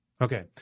Okay